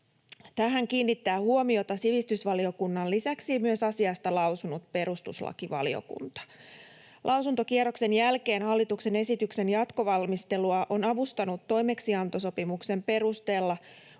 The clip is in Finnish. Tähän kiinnittää huomiota sivistysvaliokunnan lisäksi myös asiasta lausunut perustuslakivaliokunta. Lausuntokierroksen jälkeen hallituksen esityksen jatkovalmistelua on avustanut toimeksiantosopimuksen perusteella